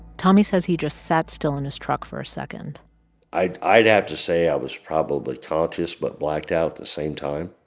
tommy says he just sat still in his truck for a second i'd i'd have to say i was probably conscious but blacked out at the same time.